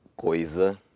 coisa